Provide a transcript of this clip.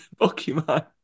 pokemon